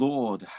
Lord